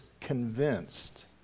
convinced